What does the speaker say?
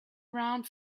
around